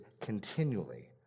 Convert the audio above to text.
continually